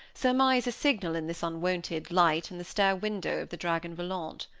surmise a signal in this unwonted light in the stair-window of the dragon volant.